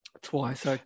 twice